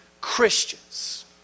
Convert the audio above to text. Christians